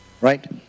Right